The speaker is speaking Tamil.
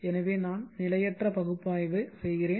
எனவே நான் நிலையற்ற பகுப்பாய்வு செய்கிறேன்